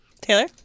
Taylor